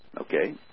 Okay